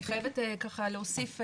אני חייבת ככה להוסיף,